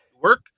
work